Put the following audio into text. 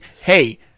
hey